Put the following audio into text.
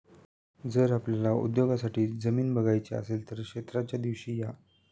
जर आपल्याला उद्योगासाठी जमीन बघायची असेल तर क्षेत्राच्या दिवशी या